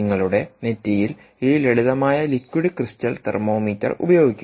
നിങ്ങളുടെ നെറ്റിയിൽ ഈ ലളിതമായ ലിക്വിഡ് ക്രിസ്റ്റൽ തെർമോമീറ്റർ ഉപയോഗിക്കുക